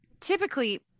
typically